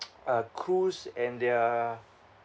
uh cruise and their